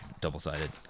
double-sided